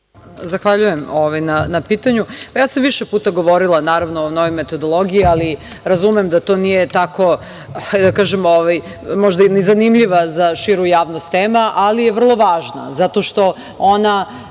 Zahvaljujem na pitanju. Više puta sam govorila o novoj metodologiji, ali razumem da to nije tako, hajde da kažem, možda ni zanimljiva za širu javnost tema, ali je vrlo važna. Zato što ona